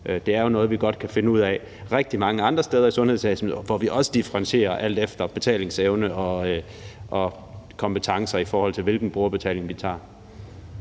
Det er jo noget, vi godt kan finde ud af rigtig mange andre steder i sundhedsvæsenet, hvor vi også differentierer efter betalingsevne og kompetence i, i forhold til hvilken brugerbetaling vi tager.